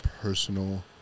personal